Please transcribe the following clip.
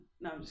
no